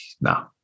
no